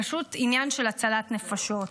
פשוט עניין של הצלת נפשות.